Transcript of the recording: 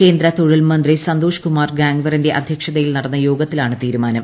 കേന്ദ്ര തൊഴിൽ മന്ത്രി സന്തോഷ് കുമാർ ഗാങ്വറിന്റെ അദ്ധ്യക്ഷതയിൽ നടന്ന യോഗത്തിലാണ് തീരുമാനം